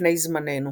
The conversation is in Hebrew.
לפני זמננו.